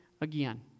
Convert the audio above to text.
again